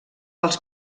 als